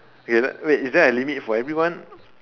eh wait is there a limit for everyone